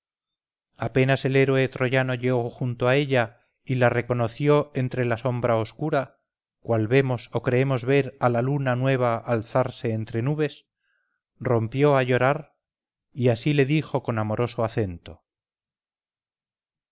apenas el héroe troyano llegó junto a ella y la reconoció entre la sombra oscura cual vemos o creemos ver a la luna nueva alzase entre nubes rompió a llorar y así le dijo con amoroso acento